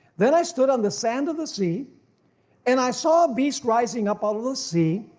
then i stood on the sand of the sea and i saw a beast rising up out of the sea,